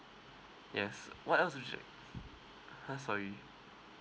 yes what else would you like uh sorry